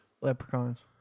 leprechauns